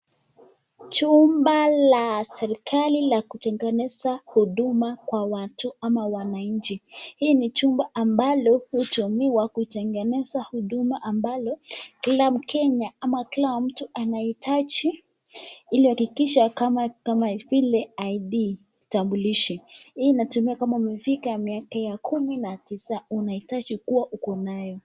Chumba la serikali la kutengeneza huduma kwa watu ama wananchi. Hii ni chumba ambalo hutumiwa kutengeneza huduma ambalo kila mkenya ama kila mtu anaitaji ili ahakikisha kama vile identity card kitambulisho. Hii inategemea kama umefika miaka ya kumi na tisa unaitaji kuwa uko nayo.